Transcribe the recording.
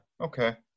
Okay